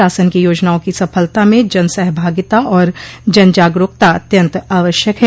शासन की योजनाओं की सफलता में जनसहभागिता और जनजागरूकता अत्यंत आवश्यक है